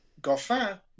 Goffin